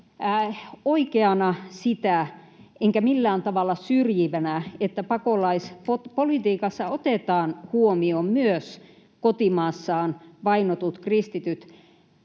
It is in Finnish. oikeana enkä millään tavalla syrjivänä sitä, että pakolaispolitiikassa otetaan huomioon myös kotimaassaan vainotut kristityt,